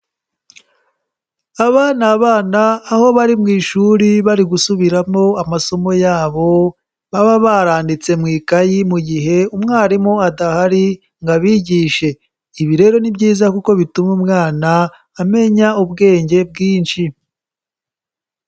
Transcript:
Aba ni abana aho bari mu ishuri bari gusubiramo amasomo yabo baba baranditse mu ikayi mu gihe umwarimu adahari ngo abigishe, ibi rero ni byiza kuko bituma umwana amenya ubwenge bwinshi.